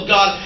God